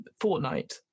Fortnite